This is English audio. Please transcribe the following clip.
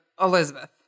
Elizabeth